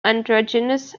androgynous